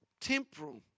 temporal